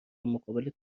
مقابل